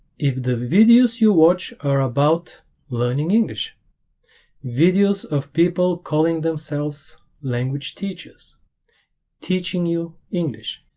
if the videos you watch are about learning english videos of people calling themselves language teachers teaching you english